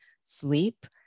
sleep